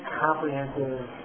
comprehensive